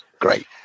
great